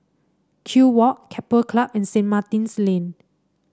Kew Walk Keppel Club and Saint Martin's Lane